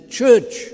church